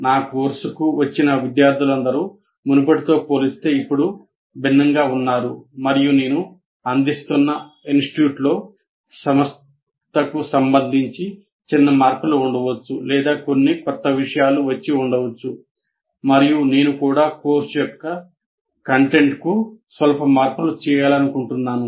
నా కోర్సుకు వచ్చిన విద్యార్థులందరూ మునుపటితో పోలిస్తే ఇప్పుడు భిన్నంగా ఉన్నారు మరియు నేను అందిస్తున్న ఇన్స్టిట్యూట్లో సంస్థకు సంబంధించి చిన్న మార్పులు ఉండవచ్చు లేదా కొన్ని కొత్త విషయాలు వచ్చి ఉండవచ్చు మరియు నేను కూడా కోర్సు యొక్క కంటెంట్కు స్వల్ప మార్పులు చేయాలనుకుంటున్నాను